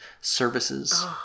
services